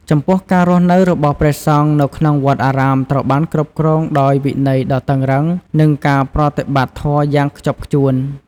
ចំពោះ ការរស់នៅរបស់ព្រះសង្ឃនៅក្នុងវត្តអារាមត្រូវបានគ្រប់គ្រងដោយវិន័យដ៏តឹងរ៉ឹង និងការប្រតិបត្តិធម៌យ៉ាងខ្ជាប់ខ្ជួន។